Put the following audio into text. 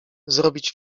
zrobić